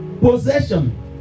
possession